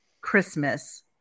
christmas